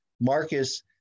marcus